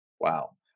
Wow